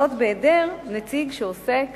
זאת בהיעדר נציג שעוסק